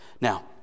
Now